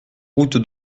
route